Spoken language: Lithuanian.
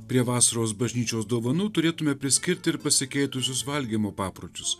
prie vasaros bažnyčios dovanų turėtume priskirti ir pasikeitusius valgymo papročius